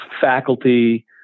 faculty